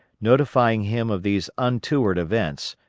notifying him of these untoward events,